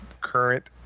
current